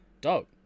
dope